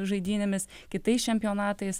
žaidynėmis kitais čempionatais